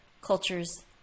cultures